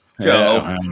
Joe